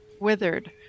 withered